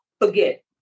forget